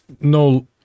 no